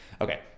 Okay